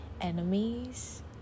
enemies